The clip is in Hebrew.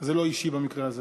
זה לא אישי במקרה הזה.